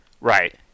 right